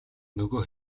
нөгөө